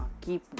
keep